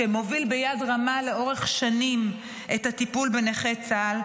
שמוביל ביד רמה לאורך שנים את הטיפול בנכי צה"ל,